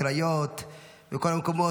הקריות וכל המקומות,